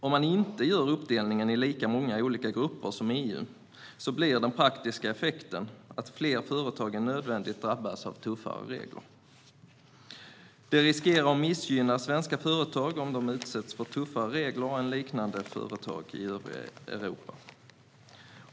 Om man inte gör uppdelningen i lika många olika grupper som EU blir den praktiska effekten att fler företag än nödvändigt drabbas av tuffare regler. Svenska företag riskerar att missgynnas om de utsätts för tuffare regler än liknande företag i övriga Europa.